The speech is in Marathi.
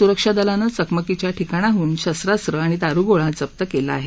सुरक्षा दलानं चकमकीच्या ठिकाणाहून शस्त्रास्त्र आणि दारुगोळा जप्त केला आहे